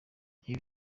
ibi